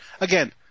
Again